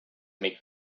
make